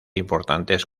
importantes